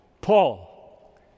Paul